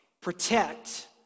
protect